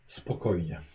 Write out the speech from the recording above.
spokojnie